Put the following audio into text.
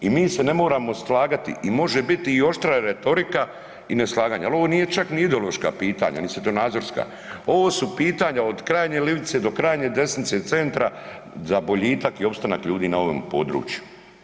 I mi se ne moramo slagati i može biti i oštra retorika i neslaganje, ali ovo nije čak ni ideološka pitanja, mislim to je nazorska, ovo su pitanja od krajnje livice do krajnje desnice centra za boljitak i opstanak ljudi na ovom području.